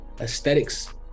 Aesthetics